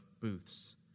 Booths